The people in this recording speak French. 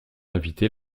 invité